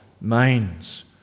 minds